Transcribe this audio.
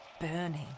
Burning